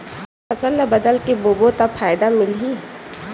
फसल ल बदल के बोबो त फ़ायदा मिलही?